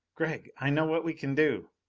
gregg, i know what we can do!